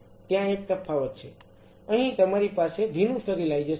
પરંતુ ત્યાં એક તફાવત છે અહી તમારી પાસે ભીનું સ્ટરીલાઈઝેશન છે